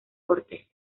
cortes